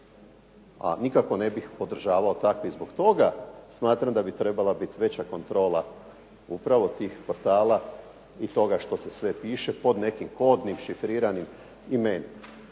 a nikako ne bih podržavao takve. I zbog toga smatram da bi trebala biti veća kontrola upravo tih portala i toga što se sve piše pod nekim kodnim šifriranim imenima.